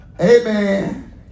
Amen